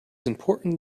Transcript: important